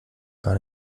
gar